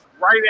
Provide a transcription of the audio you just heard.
Right